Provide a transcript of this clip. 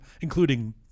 including